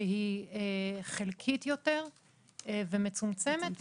שהיא חלקית ומצומצמת יותר.